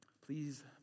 Please